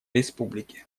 республики